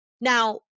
Now